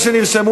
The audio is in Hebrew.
לא נרשמת